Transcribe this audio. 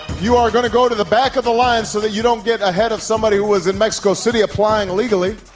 you are going to go to the back of the line so that you don't get ahead of somebody who was in mexico city applying legally.